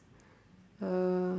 uh